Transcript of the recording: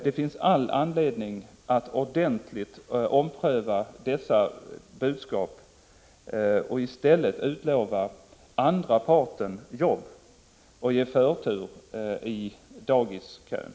Det finns all anledning att ordentligt ompröva dessa SÅ = budskap och i stället utlova andra parten jobb och ge förtur i dagiskön.